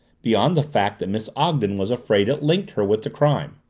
beyond the fact that miss ogden was afraid it linked her with the crime.